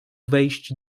wejść